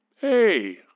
Hey